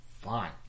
fine